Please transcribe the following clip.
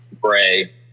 Bray